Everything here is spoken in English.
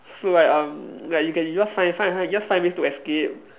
so like um like you can you just find find you just find ways to escape